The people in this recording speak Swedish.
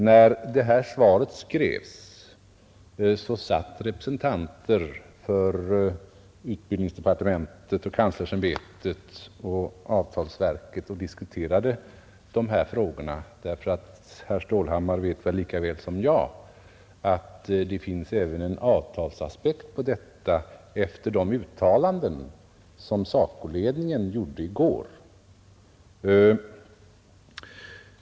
När svaret skrevs diskuterade representanter för utbildningsdepartementet, kanslersämbetet och avtalsverket dessa frågor. Herr Stålhammar vet lika väl som jag att det finns även en avtalsaspekt på dem efter de uttalanden som SACO-ledningen gjorde i går.